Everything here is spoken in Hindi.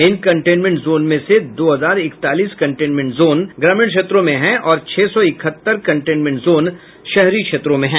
इन कंटेनमेंट जोन में से दो हजार इकतालीस कंटेनमेंट जोन ग्रामीण क्षेत्रों में हैं और छह सौ इकहत्तर कंटेनमेंट जोन शहरी क्षेत्रों में हैं